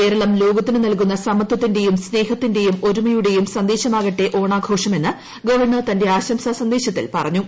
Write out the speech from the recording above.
കേരളം ലോകത്തിനു നൽകുന്ന സമത്വത്തിന്റെയും സ്നേഹത്തിന്റെയും ഒരുമയുടെയും സന്ദേശമാകട്ടെ ഓണാഘോഷമെന്ന് ഗവർണർ തന്റെ ആശംസാ സന്ദേശത്തിൽ പറഞ്ഞു